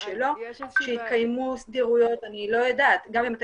גם בשגרה ובמיוחד בחירום,